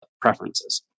preferences